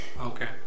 Okay